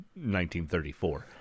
1934